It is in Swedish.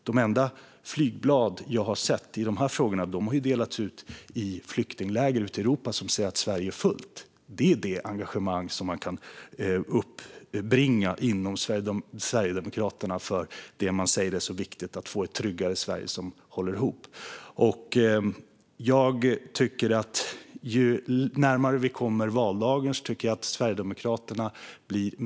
De enda flygblad från Sverigedemokraterna som jag har sett i dessa frågor har ju delats ut i flyktingläger ute i Europa och säger att Sverige är fullt. Det är det engagemang man kan uppbringa för det man säger är så viktigt - att få ett tryggare Sverige som håller ihop. Ju närmare vi kommer valdagen desto mer traditionella tycker jag att Sverigedemokraterna blir.